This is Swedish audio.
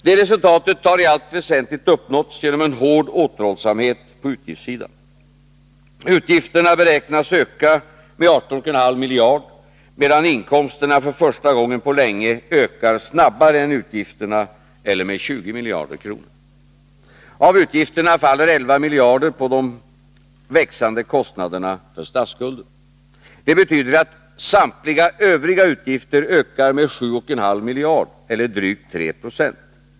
Det resultatet har i allt väsentligt uppnåtts genom en hård återhållsamhet på utgiftssidan. Utgifterna beräknas öka med 18,5 miljarder, medan inkomsterna för första gången på länge ökar snabbare än utgifterna eller med 20 miljarder kronor. Av utgifterna faller 11 miljarder på de växande kostnaderna för statsskulden. Det betyder att samtliga övriga utgifter ökar med 7,5 miljarder eller drygt 3 26.